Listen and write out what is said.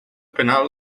penal